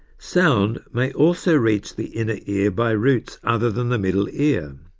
sound may also reach the inner ear by routes other than the middle ear.